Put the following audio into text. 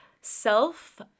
self